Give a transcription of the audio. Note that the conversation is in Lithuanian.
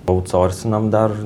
paaucorsinam dar